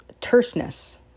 terseness